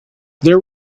there